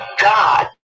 God